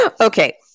Okay